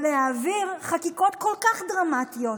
אבל להעביר חקיקות כל כך דרמטיות,